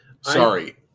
sorry